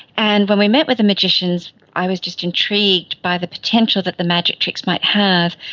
and when we met with the magicians i was just intrigued by the potential that the magic tricks might have,